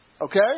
Okay